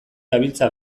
gabiltza